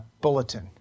bulletin